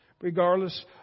regardless